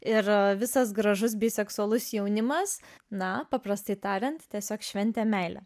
ir visas gražus bei seksualus jaunimas na paprastai tariant tiesiog šventė meilę